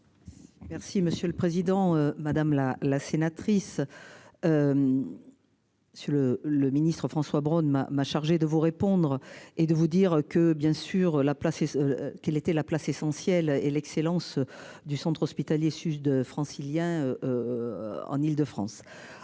Merci monsieur le président, madame la la sénatrice. Sur le le ministre François Braun m'a m'a chargé de vous répondre et de vous dire que bien sûr la place et ce qu'elle était la place essentielle et l'excellence du Centre hospitalier Sud francilien. En Île-de-France.